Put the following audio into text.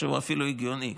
שהוא אפילו הגיוני,